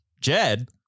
Jed